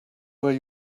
where